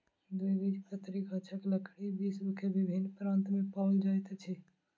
द्विबीजपत्री गाछक लकड़ी विश्व के विभिन्न प्रान्त में पाओल जाइत अछि